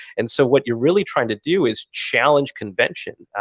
and so what you're really trying to do is challenge convention.